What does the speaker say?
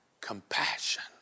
compassion